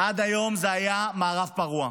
עד היום זה היה מערב פרוע,